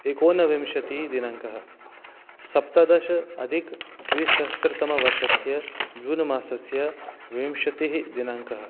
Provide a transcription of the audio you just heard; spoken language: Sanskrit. एकोनविंशतिदिनाङ्कः सप्तदश अधिक द्विसहस्त्रतमवर्षस्य जून् मासस्य विंशतिः दिनाङ्कः